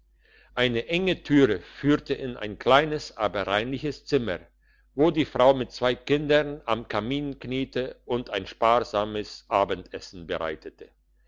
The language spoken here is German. eine enge türe führte ihn in ein kleines aber reinliches zimmer wo die frau mit zwei kindern am kamin kniete und ein sparsames abendessen bereitete